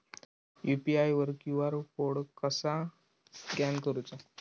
UPI वर QR code कसा scan करूचा?